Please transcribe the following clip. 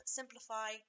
simplify